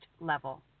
level